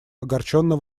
огорченно